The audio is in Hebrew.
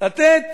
לתת